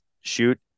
shoot